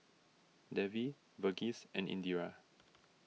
Devi Verghese and Indira